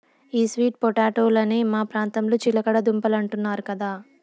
ఈ స్వీట్ పొటాటోలనే మా ప్రాంతంలో చిలకడ దుంపలంటున్నారు కదా